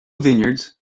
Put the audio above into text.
vineyards